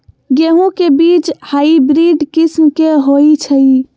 गेंहू के बीज हाइब्रिड किस्म के होई छई?